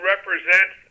represent